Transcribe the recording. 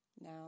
Now